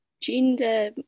gender